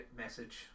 message